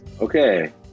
Okay